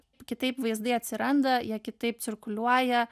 kitaip vaizdai atsiranda jie kitaip cirkuliuoja